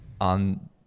On